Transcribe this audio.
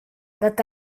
dat